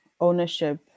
ownership